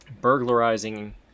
burglarizing